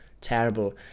terrible